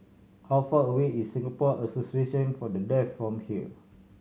how far away is Singapore Association For The Deaf from here